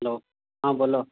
hello हँ बोलो